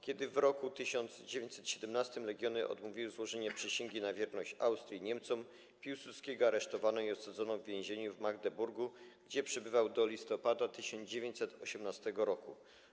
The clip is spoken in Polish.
Kiedy w roku 1917 legiony odmówiły złożenia przysięgi na wierność Austrii i Niemcom, Piłsudskiego aresztowano i osadzono w więzieniu w Magdeburgu, gdzie przebywał do listopada 1918 r.